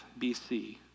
BC